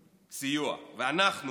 סיוע, ואנחנו